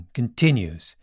continues